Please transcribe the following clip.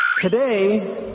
Today